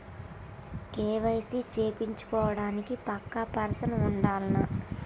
KYC చేపిచ్చుకోవడానికి పక్కా person ఉండాల్నా?